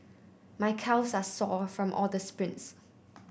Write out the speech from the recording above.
my calves are sore from all the sprints